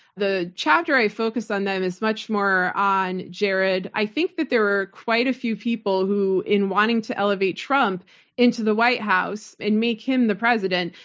the chapter i focused on them is much more on jared. i think that there were quite a few people who, in wanting to elevate trump into the white house and make him the president,